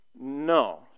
No